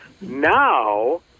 Now